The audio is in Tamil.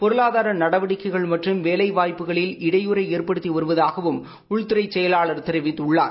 பொருளாதார நடவடிக்கைகள் மற்றம் வேலைவாய்ப்புகளில் இனடயூறை ஏற்படுத்தி வருவதாகவும் உள்துறைச் செயலாளர் தெரிவித்துள்ளார்